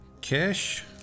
Cash